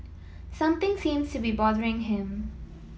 something seems to be bothering him